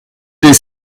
des